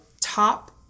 top